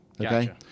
Okay